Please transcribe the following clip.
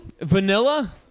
vanilla